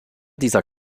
dieser